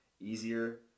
easier